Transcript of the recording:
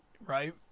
Right